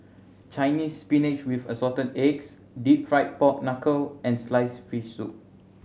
Chinese Spinach with Assorted Eggs Deep Fried Pork Knuckle and sliced fish soup